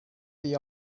the